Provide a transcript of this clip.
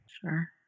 Sure